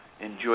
enjoy